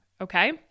Okay